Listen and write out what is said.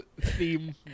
theme